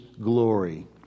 glory